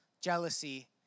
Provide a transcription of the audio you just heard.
Jealousy